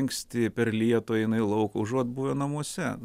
anksti per lietų eina į lauką užuot buvę namuose